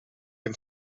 and